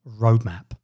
roadmap